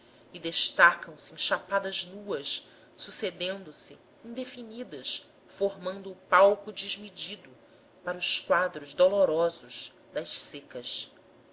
e desatam se chapadas nuas sucedendo se indefinidas formando o palco desmedido para os quadros dolorosos das secas